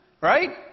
Right